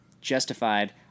justified